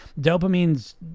dopamine's